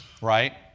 Right